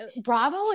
bravo